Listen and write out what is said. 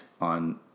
on